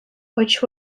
which